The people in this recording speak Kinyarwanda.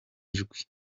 ijwi